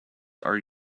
are